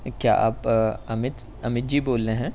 کیا آپ امت امت جی بول رہے ہیں